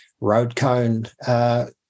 road-cone